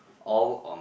all on